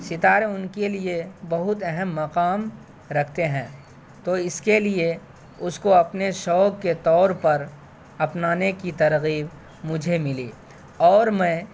ستارے ان کے لیے بہت اہم مقام رکھتے ہیں تو اس کے لیے اس کو اپنے شوق کے طور پر اپنانے کی ترغیب مجھے ملی اور میں